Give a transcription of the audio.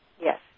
Yes